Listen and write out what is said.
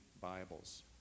Bibles